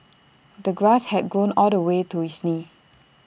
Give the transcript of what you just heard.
the grass had grown all the way to his knees